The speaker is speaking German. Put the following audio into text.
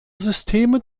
systeme